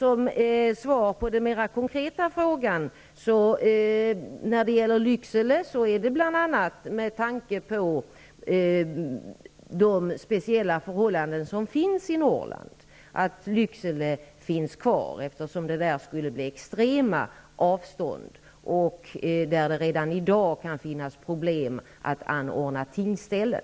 Som svar på den mer konkreta frågan är det när det gäller Lycksele bl.a. med tanke på de speciella förhållanden som finns i Norrland som tingsrätten i Lycksele finns kvar. Annars skulle det bli extrema avstånd där. I Norrland kan det redan i dag finnas problem att anordna tingsställen.